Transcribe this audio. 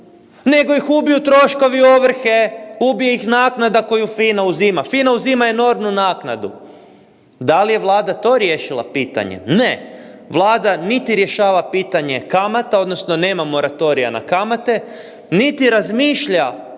nego ih ubiju troškovi ovrhe. Ubije ih naknada koju FINA uzima. FINA uzima enormnu naknadu. Da li je Vlada to riješila pitanje? Ne. Vlada niti rješava pitanje kamata, odnosno nema moratorija na kamate, niti razmišlja